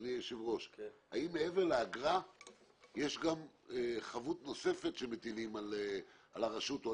האם מעבר לאגרה יש גם חבות נוספת שמטילים על הרשות,